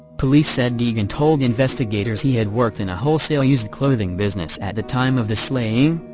police said degan told investigators he had worked in a wholesale used-clothing business at the time of the slaying,